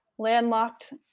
landlocked